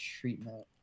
treatment